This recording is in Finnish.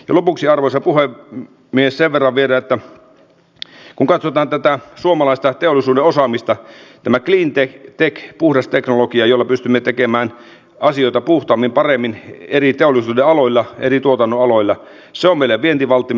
lopuksi arvoisa puhemies sen verran vielä että kun katsotaan tätä suomalaista teollisuuden osaamista tämä cleantech puhdas teknologia jolla pystymme tekemään asioita puhtaammin paremmin eri teollisuuden aloilla eri tuotannon aloilla on meidän vientivalttimme